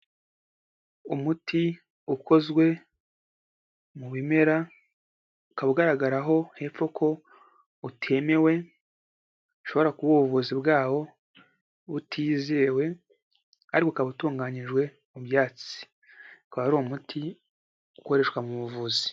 Umuti ukozwe mu bimera, ukaba ugaragaraho hepfo ko utemewe, ushobora kuba ubuvuzi bwawo butizewe ariko ukaba utunganyijwe mu byatsi, ukaba ari umuti ukoreshwa mu buvuzi.